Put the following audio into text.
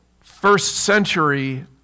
first-century